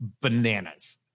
bananas